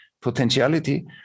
potentiality